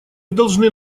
должны